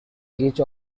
each